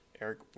eric